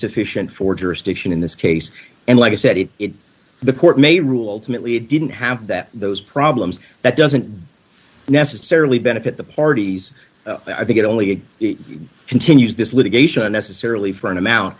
sufficient for jurisdiction in this case and like i said it the court may rule timidly it didn't have that those problems that doesn't necessarily benefit the parties i think it only continues this litigation necessarily for an amount